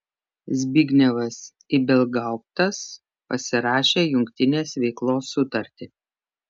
zbignevas ibelgauptas pasirašė jungtinės veiklos sutartį